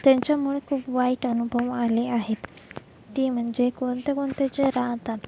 त्यांच्यामुळे खूप वाईट अनुभव आले आहेत ते म्हणजे कोणते कोणते जे राहतात